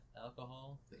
alcohol